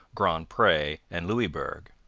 grand pre, and louisbourg.